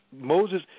Moses